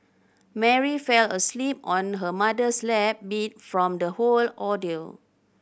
Mary fell asleep on her mother's lap beat from the whole ordeal